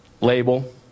label